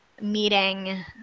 meeting